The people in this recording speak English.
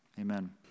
Amen